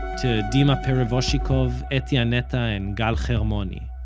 to dima perevozchikov, eti anetta and gal hermoni